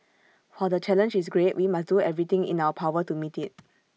whole the challenge is great we must do everything in our power to meet IT